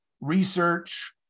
research